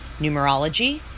numerology